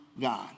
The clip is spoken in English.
God